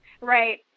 Right